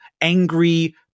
angry